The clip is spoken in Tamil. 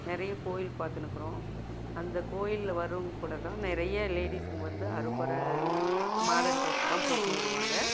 நிறைய கோயில் பார்த்துணுக்கறோம் அந்த கோயிலில் வரவங்கூட தான் நிறைய லேடிஸுங்க வந்து அரக்குர மாடல் ட்ரெஸ் தான் போட்ன்னு வருவாங்க